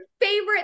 favorite